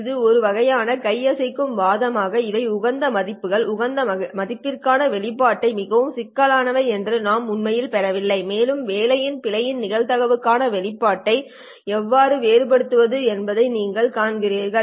இது ஒரு வகையான கை அசைக்கும் வாதமா இவை உகந்த மதிப்புகள் உகந்த மதிப்புகளுக்கான வெளிப்பாட்டை மிகவும் சிக்கலானவை என்று நாம் உண்மையில் பெறவில்லை மேலும் வேலையின் பிழையின் நிகழ்தகவுக்கான வெளிப்பாட்டை எவ்வாறு வேறுபடுத்துவது என்பதை நீங்கள் காண்பீர்கள்